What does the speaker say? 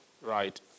Right